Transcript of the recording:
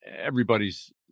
everybody's